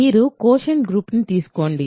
మీరు quotient group ని తీసుకోండి